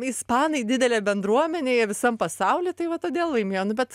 ispanai didelė bendruomenė jie visam pasauly tai va todėl laimėjo nu bet